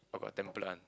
oh got temple [one]